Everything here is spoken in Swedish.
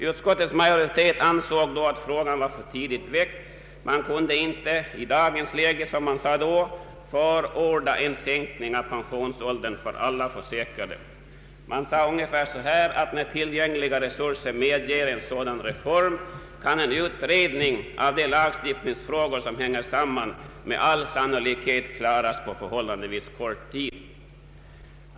Utskottets majoritet ansåg då att frågan var för tidigt väckt. Utskottet kunde inte i det läget förorda en sänkning av pensionsåldern för alla försäkrade. Man sade ungefär att när tillgängliga resurser medger en sådan reform kan en utredning av de lagstiftningsfrågor som hänger samman med frågan med all sannolikhet klaras av på förhållandevis kort tid.